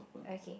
okay